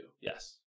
Yes